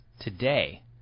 today